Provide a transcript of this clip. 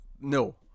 No